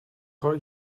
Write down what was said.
کار